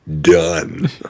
done